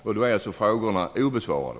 Då är alltså frågorna obesvarade.